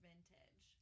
Vintage